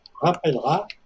rappellera